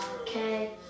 Okay